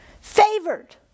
Favored